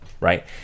right